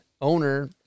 owner